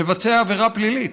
לבצע עבירה פלילית.